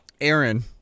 Aaron